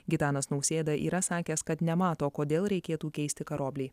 gitanas nausėda yra sakęs kad nemato kodėl reikėtų keisti karoblį